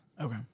Okay